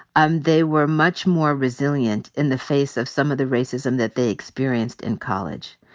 um they were much more resilient in the face of some of the racism that they experienced in college.